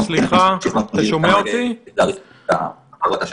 שהמעורבים בפיגועי